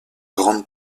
grandes